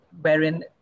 wherein